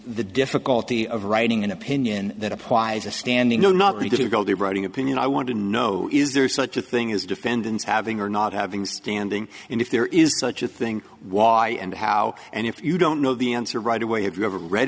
the difficulty of writing an opinion that applies a standing o not ready to go to writing opinion i want to know is there such a thing as defendants having or not having standing and if there is such a thing why and how and if you don't know the answer right away have you ever read